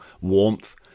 warmth